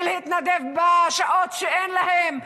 להתנדב בשעות שאין להם,